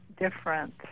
different